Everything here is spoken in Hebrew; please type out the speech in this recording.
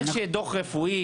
צריך שיהיה דו"ח רפואי,